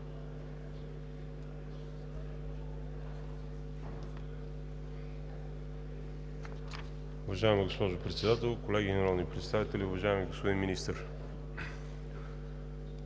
Уважаема госпожо Председател, колеги народни представители, уважаеми господин Министър!